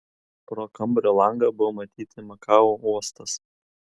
pro kambario langą buvo matyti makao uostas